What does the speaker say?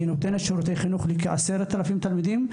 שנותנת שירותי חינוך לכ-10 אלפים תלמידים,